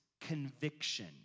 conviction